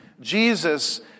Jesus